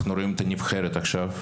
אנחנו רואים את הנבחרת עכשיו,